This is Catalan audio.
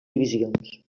divisions